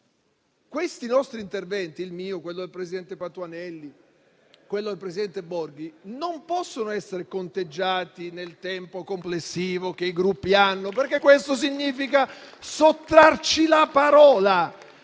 questi nostri interventi - il mio, quello del presidente Patuanelli, quello del presidente Enrico Borghi - non possono essere conteggiati nel tempo complessivo che i Gruppi hanno, perché questo significa sottrarci la parola.